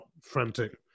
frantic